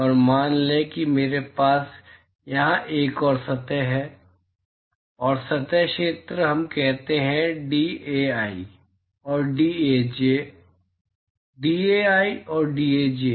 और मान लें कि मेरे पास यहां एक और सतह है और अंतर क्षेत्र हम कहते हैं dAi और dAj dAi और dAj